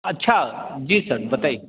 अच्छा जी सर बताइये